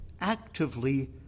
actively